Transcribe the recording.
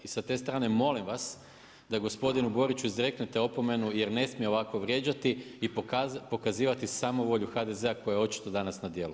I sa te strane molim vas da gospodinu Boriću izreknete opomenu jer ne smije ovako vrijeđati i pokazati samovolju HDZ-a koja je očito danas na djelu.